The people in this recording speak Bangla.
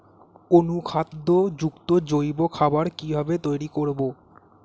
অনুখাদ্য যুক্ত জৈব খাবার কিভাবে তৈরি করব?